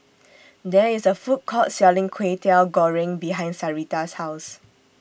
There IS A Food Court Selling Kway Teow Goreng behind Sarita's House